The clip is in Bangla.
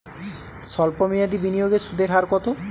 সল্প মেয়াদি বিনিয়োগে সুদের হার কত?